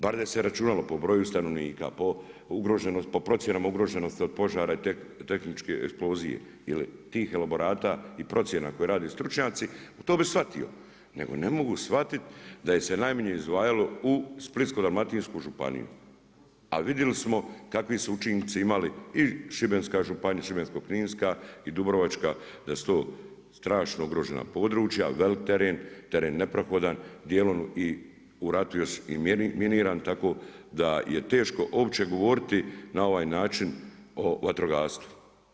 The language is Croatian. Bar da se računalo po broju stanovnika, po procjenama ugroženosti od požara i tehničke eksplozije ili tih elaborata i procjena koje rade stručnjaci to bih shvatio, nego ne mogu shvatiti da se najmanje izdvajalo u Splitsko-dalmatinsku županiju, a vidjeli smo kakvi su učinci imali i Šibenska županija, Šibensko-kninska i Dubrovačka da su to strašno ugrožena područja, velik teren, teren neprohodan dijelom i u ratu još i miniran tako da je teško uopće govoriti na ovaj način o vatrogastvu.